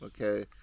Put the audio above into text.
okay